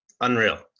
unreal